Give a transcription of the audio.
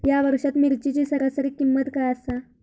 या वर्षात मिरचीची सरासरी किंमत काय आसा?